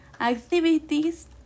activities